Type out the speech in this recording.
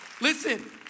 Listen